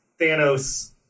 thanos